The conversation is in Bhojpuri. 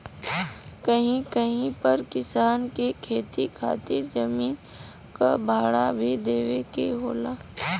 कहीं कहीं पर किसान के खेती खातिर जमीन क भाड़ा भी देवे के होला